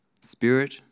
spirit